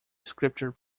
scripture